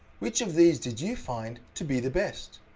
which of these did you find to be the best?